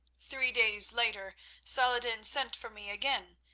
three days later saladin sent for me again,